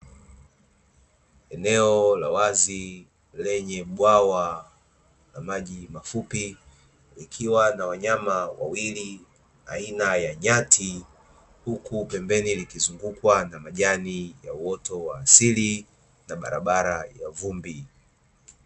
Eneo la wazi lenye bwawa na maji mafupi, likiwa na wanyama wawili aina ya nyati, huku pembeni likizungukwa na majani na uoto wa asili, na barabara ya vumbi.